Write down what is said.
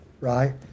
right